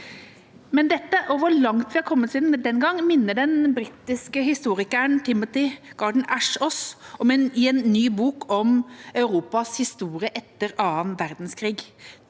Dette, og hvor langt vi har kommet siden den gang, minner den britiske historikeren Timothy Garton Ash oss om i en ny bok om Europas historie etter annen verdenskrig.